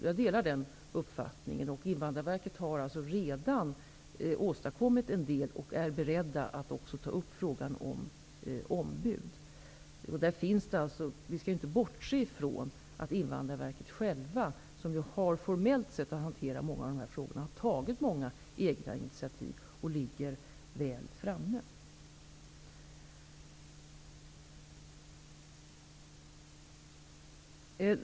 Ja, jag delar den uppfattningen. Invandrarverket har redan åstadkommit en del, och man är beredd att också ta upp frågan om ombud. Vi skall inte bortse från att man på Invandrarverket, som formellt har att hantera många av de här frågorna, har tagit många egna initiativ och ligger väl framme.